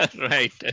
Right